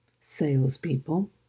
salespeople